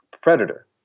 predator